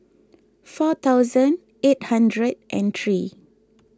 four thousand eight hundred and three